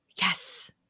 Yes